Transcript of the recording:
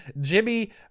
Jimmy